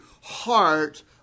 heart